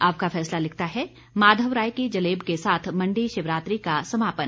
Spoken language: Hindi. आपका फैसला लिखता है माधव राय की जलेब के साथ मंडी शिवरात्रि का समापन